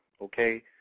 okay